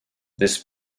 this